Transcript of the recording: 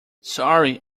sorry